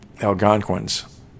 Algonquins